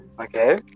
Okay